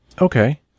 Okay